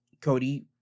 Cody